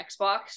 xbox